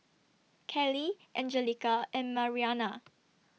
Kelley Angelica and Mariana